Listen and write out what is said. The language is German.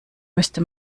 müsste